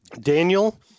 Daniel